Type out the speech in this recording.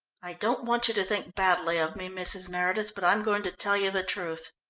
i don't want you to think badly of me, mrs. meredith, but i'm going to tell you the truth.